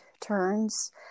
turns